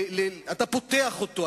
אתה פותח אותו,